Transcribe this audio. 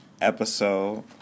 episode